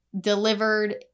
delivered